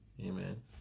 Amen